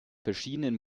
verschiedenen